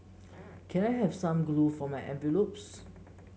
can I have some glue for my envelopes